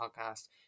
podcast